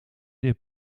eens